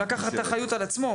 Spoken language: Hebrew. הוא לקח את האחריות על עצמו.